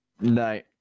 No